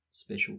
special